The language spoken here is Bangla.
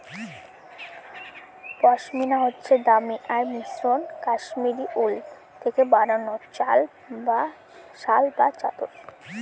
পশমিনা হচ্ছে দামি আর মসৃণ কাশ্মীরি উল থেকে বানানো শাল বা চাদর